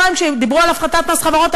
כשדיברו על הפחתת מס חברות,